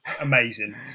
amazing